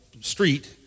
street